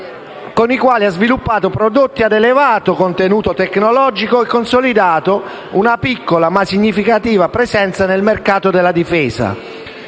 con i quali ha sviluppato prodotti ad elevato contenuto tecnologico e consolidato una piccola ma significativa presenza sul mercato della difesa.